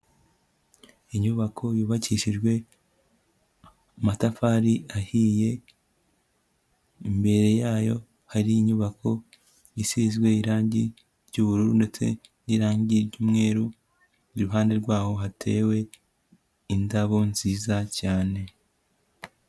Inyubako yubakishijwe amatafari ahiye, imbere yayo hari inyubako isizwe irange ry'ubururu ndetse n'irange ry'umweru, iruhande rwaho hatewe indabo nziza cyane.